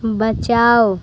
बचाओ